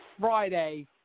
Friday